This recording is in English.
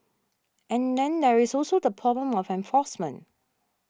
and then there is also the problem of enforcement